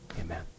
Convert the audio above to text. Amen